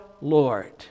Lord